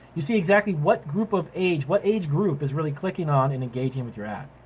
you see exactly what group of age, what age group is really clicking on and engaging with your ad.